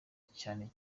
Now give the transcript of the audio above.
cyane